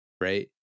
Right